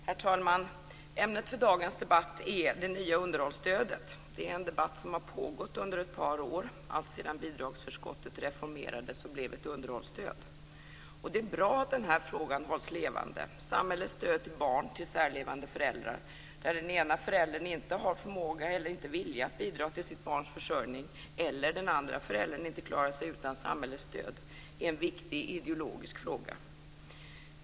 Herr talman! Ämnet för dagens debatt är det nya underhållsstödet. Det är en debatt som har pågått under ett par år, alltsedan bidragsförskottet reformerades och blev ett underhållsstöd. Det är bra att den här frågan har hålls levande. Samhällets stöd till barn till särlevande föräldrar, där den ena föräldern inte har förmåga eller vilja att bidra till sitt barns försörjning eller där den andra föräldern inte klarar sig utan samhällets stöd, är en viktig ideologisk fråga.